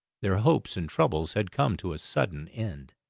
their hopes and troubles had come to a sudden end.